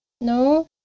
No